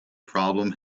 problem